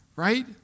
Right